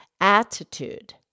attitude